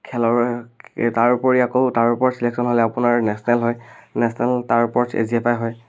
খেলৰ তাৰোপৰি আকৌ তাৰ ওপৰত চিলেকচন হ'লে আপোনাৰ নেচনেল হয় নেচনেল তাৰ ওপৰত হয়